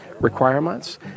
requirements